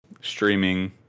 streaming